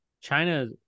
China